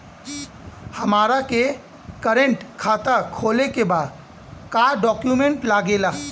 हमारा के करेंट खाता खोले के बा का डॉक्यूमेंट लागेला?